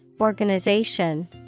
organization